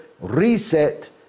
reset